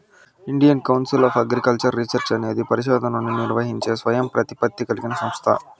Indian Council of Agricultural Research అనేది పరిశోధనలను నిర్వహించే స్వయం ప్రతిపత్తి కలిగిన సంస్థ